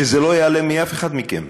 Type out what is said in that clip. שזה לא ייעלם מאף אחד מכם.